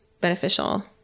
beneficial